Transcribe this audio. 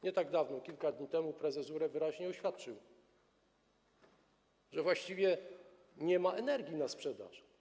Nie tak dawno, bo kilka dni temu, prezes URE wyraźnie oświadczył, że właściwie nie ma energii na sprzedaż.